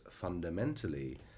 fundamentally